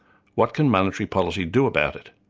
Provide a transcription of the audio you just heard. what can monetary policy do about it?